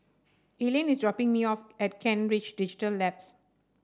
Elayne is dropping me off at Kent Ridge Digital Labs